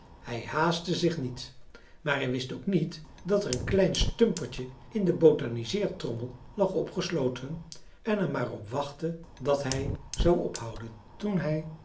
hij haastte zich niet maar hij wist ook niet dat er een klein stumpertje in de botaniseertrommel lag opgesloten en er maar op wachtte dat hij zou ophouden toen hij